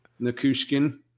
Nakushkin